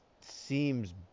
seems